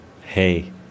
hey